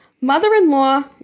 Mother-in-law